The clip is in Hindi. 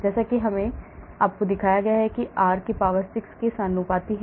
जैसा कि मैंने आपको दिखाया कि यह r शक्ति 6 के समानुपाती है